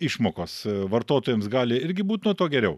išmokos vartotojams gali irgi būt nuo to geriau